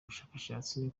bushakashatsi